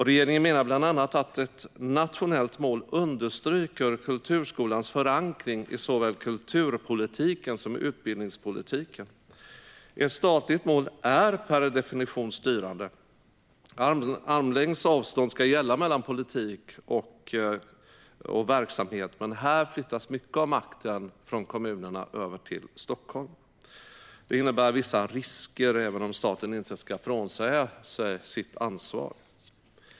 Regeringen menar bland annat att ett nationellt mål understryker kulturskolans förankring i såväl kulturpolitiken som utbildningspolitiken. Ett statligt mål är per definition styrande. Armlängds avstånd ska gälla mellan politik och verksamhet, men här flyttas mycket av makten från kommunerna över till Stockholm. Det innebär vissa risker, även om staten inte ska frånsäga sig sitt ansvar.